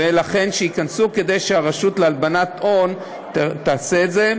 ולכן, שייכנסו, כדי שהרשות להלבנת הון תעשה את זה.